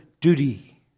duty